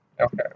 Okay